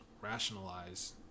rationalize